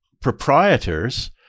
proprietors